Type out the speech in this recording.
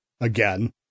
again